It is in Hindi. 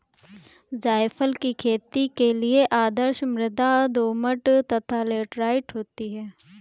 जायफल की खेती के लिए आदर्श मृदा दोमट तथा लैटेराइट होती है